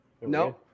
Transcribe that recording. No